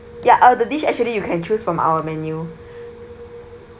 ya uh the dish actually you can choose from our menu